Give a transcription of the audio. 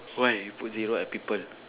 why you put zero at people